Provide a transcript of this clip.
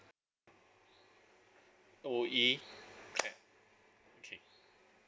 o e okay